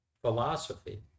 philosophy